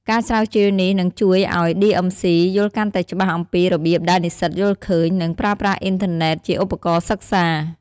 ការស្រាវជ្រាវនេះនឹងជួយឱ្យ ឌីអឹមស៊ី (DMC) យល់កាន់តែច្បាស់អំពីរបៀបដែលនិស្សិតយល់ឃើញ និងប្រើប្រាស់អ៊ីនធឺណិតជាឧបករណ៍សិក្សា។